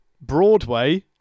Broadway